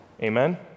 Amen